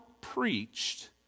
preached